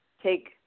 take